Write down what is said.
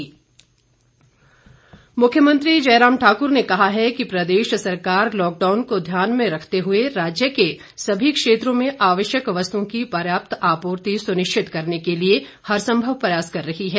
मुख्यमंत्री मुख्यमंत्री जयराम ठाकुर ने कहा है कि प्रदेश सरकार लॉकडाउन को ध्यान में रखते हुए राज्य के सभी क्षेत्रों में आवश्यक वस्तुओं की पर्याप्त आपूर्ति सुनिश्चित करने के लिए हर संभव प्रयास कर रही है